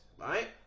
Right